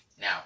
Now